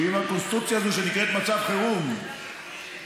שאם הקונסטרוקציה הזאת שנקראת מצב חירום יורדת,